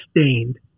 stained